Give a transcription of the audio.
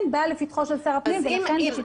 באה לפתחו של שר הפנים ולכן בשיתוף פעולה איתו